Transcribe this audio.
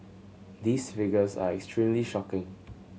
these figures are extremely shocking